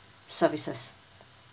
services